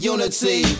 Unity